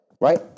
right